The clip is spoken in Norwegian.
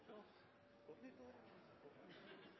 klart å